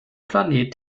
planet